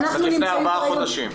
לפני ארבעה חודשים.